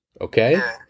Okay